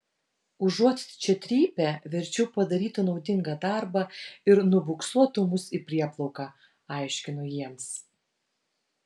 užuot čia trypę verčiau padarytų naudingą darbą ir nubuksuotų mus į prieplauką aiškinu jiems